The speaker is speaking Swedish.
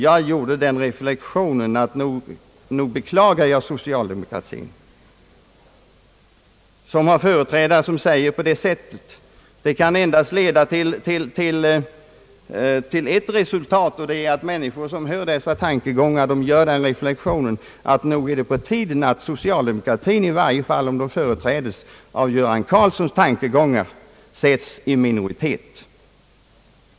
Jag gjorde reflexionen att socialdemokratin nog är att beklaga som har företrädare som uttalar sig på det sättet. Det kan endast leda till en reflexion nämligen att det är på tiden att socialdemokratin, i varje fall om den företräds av herr Göran Karlssons tankegångar, försätts i minoritet.